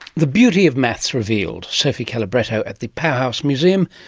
the beauty of maths revealed. sophie calabretto at the powerhouse museum.